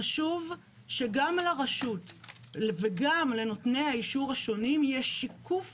חשוב שגם לרשות וגם לנותני האישור השונים יש שיקוף